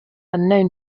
unknown